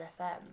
FM